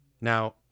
Now